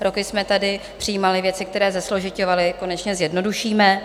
Roky jsme tady přijímali věci, které zesložiťovaly, konečně zjednodušíme.